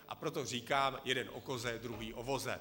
A proto říkám, jeden o koze, druhý o voze.